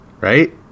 Right